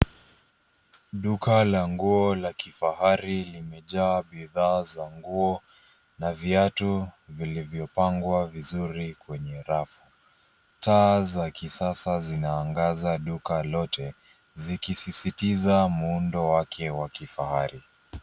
Duka la nguo la kifahari limejaa bidhaa za nguo na viatu vilivyopangwa vizuri kwenye rafu. Taa za kisasa zinaangaza duka lote, zikisisitiza muundo wake wa kifahari.